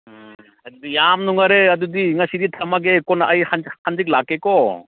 ꯎꯝ ꯑꯗꯨꯗꯤ ꯌꯥꯝ ꯅꯨꯡꯉꯥꯏꯔꯦ ꯑꯗꯨꯗꯤ ꯉꯁꯤꯗꯤ ꯊꯝꯃꯒꯦ ꯀꯣꯟꯅ ꯑꯩ ꯍꯥꯡꯆꯤꯠ ꯂꯥꯛꯀꯦꯀꯣ